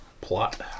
plot